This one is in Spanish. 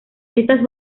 estas